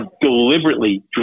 deliberately